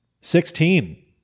Sixteen